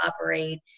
operate